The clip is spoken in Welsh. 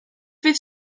fydd